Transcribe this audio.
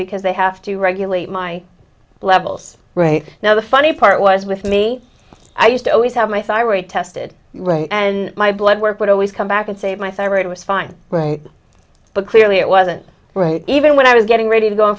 because they have to regulate my levels right now the funny part was with me i used to always have my thyroid tested and my bloodwork would always come back and say my thyroid was fine right but clearly it wasn't right even when i was getting ready to go